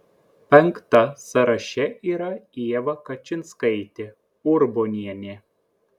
penkta sąraše yra ieva kačinskaitė urbonienė